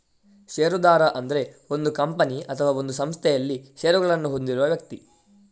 ಷೇರುದಾರ ಅಂದ್ರೆ ಒಂದು ಕಂಪನಿ ಅಥವಾ ಒಂದು ಸಂಸ್ಥೆನಲ್ಲಿ ಷೇರುಗಳನ್ನ ಹೊಂದಿರುವ ವ್ಯಕ್ತಿ